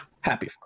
Happy